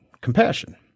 compassion